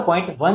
16 kV છે